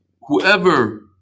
whoever